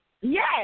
Yes